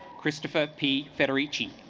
christopher p federici